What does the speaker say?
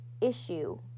issue